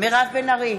מירב בן ארי,